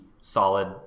solid